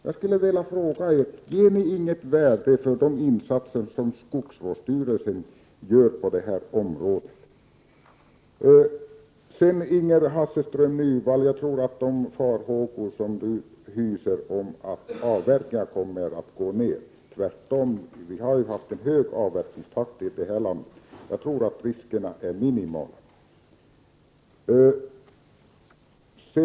Jag skulle vilja fråga om ni inte tillmäter de insatser som skogsvårdsstyrelserna gör på detta område något värde. Till Ingrid Hasselström Nyvall vill jag säga att jag tror att hennes farhågor för att avverkningen kommer att gå ned är obefogade. Tvärtom har vi ju faktiskt haft en hög avverkningstakt i det här landet, och jag tror att dessa risker är minimala.